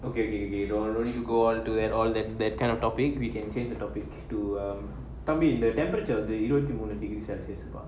okay okay okay don't don't need to go on and all that that kind of topic we can change the topic to tumble in the temperature of the community consensus about